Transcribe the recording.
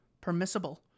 permissible